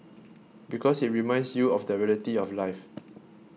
because it reminds you of the reality of life